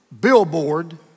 billboard